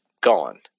Gone